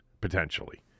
potentially